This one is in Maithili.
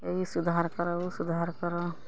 ई सुधार करऽ उ सुधार करऽ